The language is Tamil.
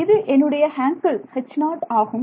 இது என்னுடைய ஹாங்கல் H0 ஆகும்